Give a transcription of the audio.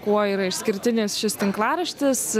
kuo yra išskirtinis šis tinklaraštis